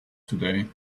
today